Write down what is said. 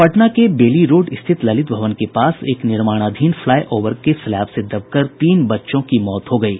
पटना के Bailey Road स्थित ललित भवन के पास एक निर्माणाधीन फ्लाई ओवर के स्लैब से दबकर तीन बच्चों की मौत हो गयी